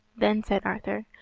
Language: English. then said arthur,